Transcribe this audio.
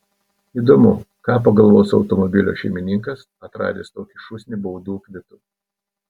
įdomu ką pagalvos automobilio šeimininkas atradęs tokią šūsnį baudų kvitų